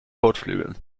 kotflügeln